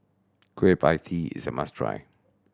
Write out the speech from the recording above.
Kueh Pie Tee is a must try